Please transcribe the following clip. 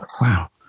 Wow